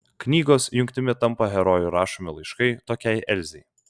knygos jungtimi tampa herojų rašomi laiškai tokiai elzei